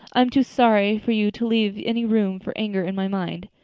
i'm too sorry for you to leave any room for anger in my mind.